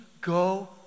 go